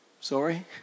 Sorry